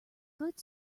good